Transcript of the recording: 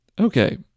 Okay